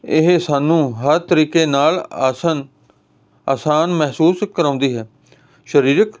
ਇਹ ਸਾਨੂੰ ਹਰ ਤਰੀਕੇ ਨਾਲ ਆਸਨ ਆਸਾਨ ਮਹਿਸੂਸ ਕਰਾਉਂਦੀ ਹੈ ਸਰੀਰਕ